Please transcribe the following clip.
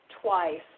twice